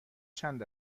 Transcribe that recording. چند